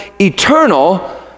eternal